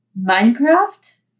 Minecraft